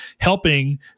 helping